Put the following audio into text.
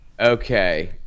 Okay